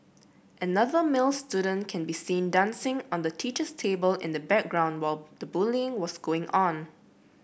another male student can be seen dancing on the teacher's table in the background while the bullying was going on